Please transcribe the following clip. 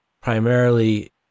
primarily